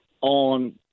on